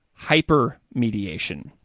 hypermediation